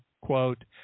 quote